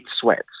sweats